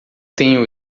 tenho